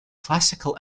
classical